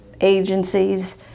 agencies